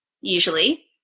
usually